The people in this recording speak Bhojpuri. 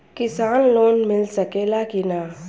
किसान लोन मिल सकेला कि न?